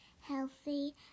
healthy